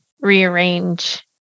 rearrange